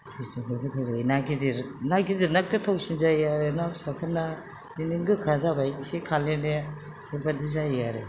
जोबोर गोथाव जायो ना गिदिर ना गिदिरना गोथावसिन जायो आरो ना फिसाफोरना बिदिनो गोखा जाबाय एसे खाले खाले बेबादि जायो आरो